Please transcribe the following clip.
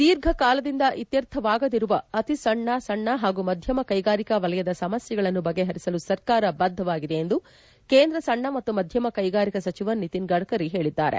ದೀರ್ಘಕಾಲದಿಂದ ಇತ್ಯರ್ಥವಾಗದಿರುವ ಅತಿಸಣ್ಣ ಸಣ್ಣ ಹಾಗೂ ಮಧ್ಯಮ ಕೈಗಾರಿಕಾ ವಲಯದ ಸಮಸ್ಯೆಗಳನ್ನು ಬಗೆಹರಿಸಲು ಸರ್ಕಾರ ಬದ್ದವಾಗಿದೆ ಎಂದು ಕೇಂದ್ರ ಸಣ್ಣ ಮತ್ತು ಮಧ್ಯಮ ಕೈಗಾರಿಕಾ ಸಚಿವ ನಿತಿನ್ ಗಡ್ಕರಿ ಹೇಳಿದ್ದಾರೆ